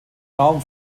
raum